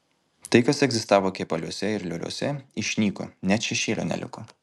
tai kas egzistavo kepaliuose ir lioliuose išnyko net šešėlio neliko